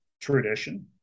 tradition